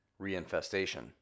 reinfestation